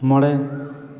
ᱢᱚᱬᱮ